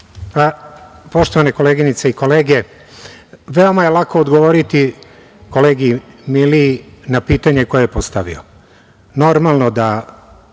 Poštovane koleginice i kolege, veoma je lako odgovoriti kolegi Miliji na pitanje koje je postavio. Normalno